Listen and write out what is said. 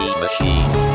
machine